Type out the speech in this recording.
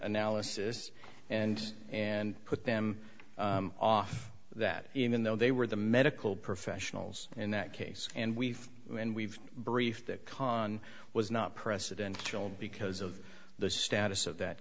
analysis and and put them off that even though they were the medical professionals in that case and we and we've briefed that khan was not precedential because of the status of that